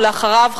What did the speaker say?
ולאחריו,